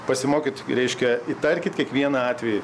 pasimokyt reiškia įtarkit kiekvieną atvejį